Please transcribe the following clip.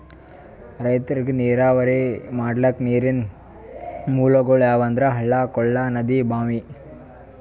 ರೈತರಿಗ್ ನೀರಾವರಿ ಮಾಡ್ಲಕ್ಕ ನೀರಿನ್ ಮೂಲಗೊಳ್ ಯಾವಂದ್ರ ಹಳ್ಳ ಕೊಳ್ಳ ನದಿ ಭಾಂವಿ